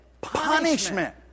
punishment